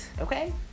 Okay